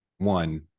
One